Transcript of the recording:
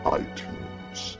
iTunes